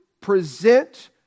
present